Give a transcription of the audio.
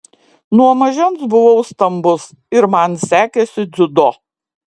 nuo mažens buvau stambus ir man sekėsi dziudo